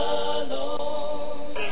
alone